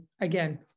again